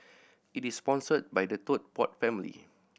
it is sponsored by the Tote Board family